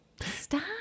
Stop